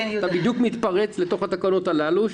אתה בדיוק מתפרץ לתקנות הללו.